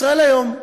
"ישראל היום",